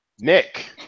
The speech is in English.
Nick